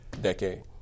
decade